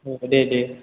औ दे दे